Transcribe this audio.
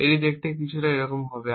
এটি দেখতে এরকম কিছু হবে